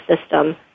system